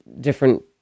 different